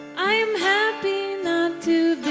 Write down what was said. i'm happy not to